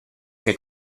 che